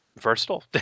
versatile